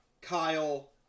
kyle